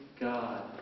God